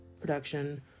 production